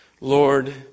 Lord